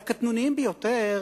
והקטנוניים ביותר,